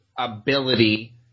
ability